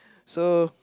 so